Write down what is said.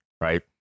right